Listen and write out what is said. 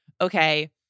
okay